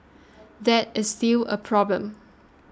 that is still a problem